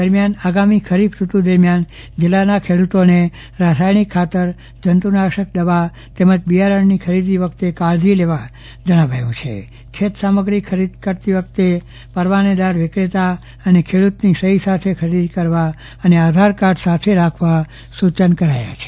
દરમિયાન આગામી ખરીફ ઋતુ દરમિયાન જીલ્લાના એકમોને રસાયણિક ખાતર જંતુનાશક દવા તેમજ બિયારણ ની ખરીદી વખતે કાળજી લેવા જણાવાયું છે ખેતસામગ્રી ખરીદતી વખતે પરવાનેદાર વિક્રેતા અને ખેડૂતની સઠ્ઠી સાથે ખરીદી કરવા અને આધારકાર્ડ સાથે રાખવા વિષે સુચના અપાઈ છે